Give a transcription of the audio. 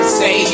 say